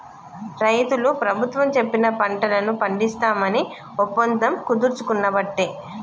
రైతులు ప్రభుత్వం చెప్పిన పంటలను పండిస్తాం అని ఒప్పందం కుదుర్చుకునబట్టే